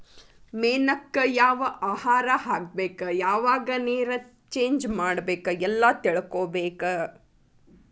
ಮೇನಕ್ಕ ಯಾವ ಆಹಾರಾ ಹಾಕ್ಬೇಕ ಯಾವಾಗ ನೇರ ಚೇಂಜ್ ಮಾಡಬೇಕ ಎಲ್ಲಾ ತಿಳಕೊಬೇಕ